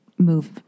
Move